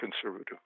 conservative